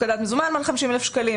הפקדת מזומן מעל 50,000 שקלים,